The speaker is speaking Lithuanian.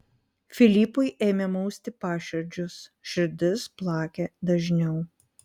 filipui ėmė mausti paširdžius širdis plakė dažniau